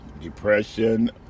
Depression